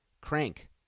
Crank